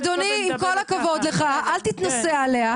אדוני, עם כל הכבוד לך, אל תתנשא עליה.